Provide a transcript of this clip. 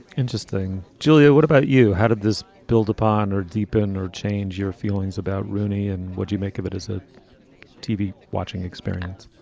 interesting. julia, what about you? how did this build upon or deepen or change your feelings about rooney and what do you make of it as a tv watching experience?